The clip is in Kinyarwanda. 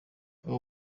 uwo